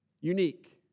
unique